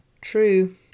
True